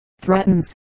threatens